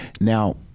Now